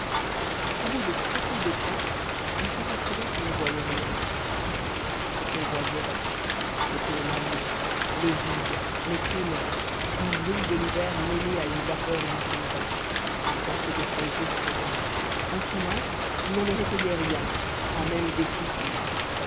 au bout de très peu de temps on s'apercevait qu'on ne voyait rien ce qu'on voyait c'était la nuit le vide les ténèbres une brume de l'hiver mêlée à une vapeur du tombeau une sorte de paix effrayante un silence où l'on ne recueillait rien pas même des soupirs